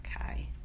Okay